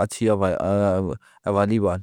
اچھی والی بال